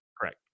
Correct